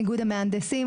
איגוד המהנדסים,